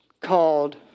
called